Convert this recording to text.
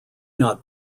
not